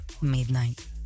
midnight